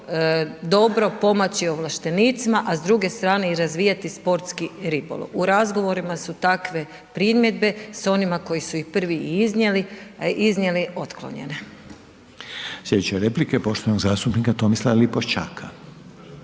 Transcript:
dobro pomoći ovlaštenicima a s druge strane i razvijati sportski ribolov. U razgovorima su takve primjedbe sa onima koji su ih prvi i iznijeli otklonjene. **Reiner, Željko (HDZ)** Sljedeća replika je poštovanog zastupnika Tomislava Lipošćaka.